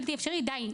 בלתי אפשרי" די,